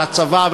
על הצבא,